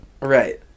Right